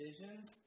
decisions